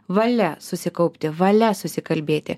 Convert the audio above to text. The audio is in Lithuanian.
valia susikaupti valia susikalbėti